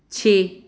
ਛੇ